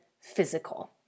physical